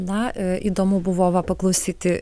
na įdomu buvo va paklausyti